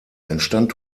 entstand